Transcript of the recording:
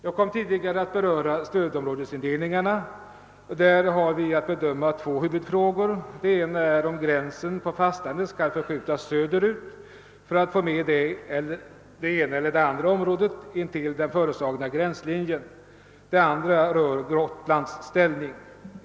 Jag kom tidigare att beröra stödområdesindelningarna. Därvidlag har vi att bedöma två huvudfrågor. Den ena är om gränsen på fastlandet skall förskjutas söderut för att vi skall få med det ena eller andra området intill den föreslagna gränslinjen. Den andra rör Gotlands ställning.